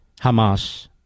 Hamas